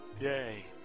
Yay